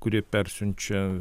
kurie persiunčia